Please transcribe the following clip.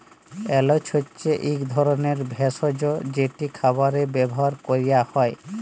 এল্যাচ হছে ইক ধরলের ভেসজ যেট খাবারে ব্যাভার ক্যরা হ্যয়